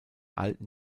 alten